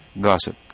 gossip